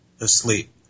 asleep